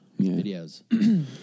videos